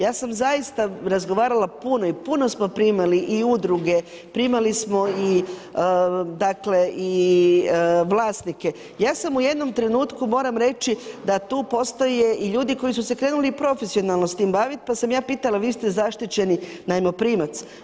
Ja sam zaista razgovarala puno i puno smo primali i udruge, primali smo i vlasnike, ja sam u jednom trenutku moram reći da tu postoje i ljudi koji su se krenuli profesionalno s tim baviti pa sam ja pitala, vi ste zaštićeni najmoprimac.